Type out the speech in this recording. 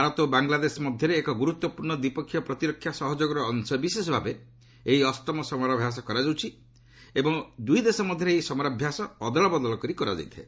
ଭାରତ ଓ ବାଙ୍ଗଲାଦେଶ ମଧ୍ୟରେ ଏକ ଗୁରୁତ୍ୱପୂର୍ଣ୍ଣ ଦ୍ୱିପକ୍ଷିୟ ପ୍ରତିରକ୍ଷା ସହଯୋଗର ଅଂଶବିଶେଷ ଭାବେ ଏହି ଅଷ୍ଟମ ସମରାଭ୍ୟାସ କରାଯାଉଛି ଏବଂ ଦୁଇ ଦେଶ ମଧ୍ୟରେ ଏହି ସମରାଭ୍ୟାସ ଅଦଳବଦଳ କରି କରାଯାଇଥାଏ